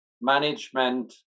management